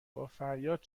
بافریاد